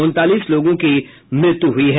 उनतालीस लोगों की मृत्यु हुई है